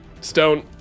Stone